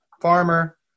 farmer